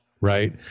Right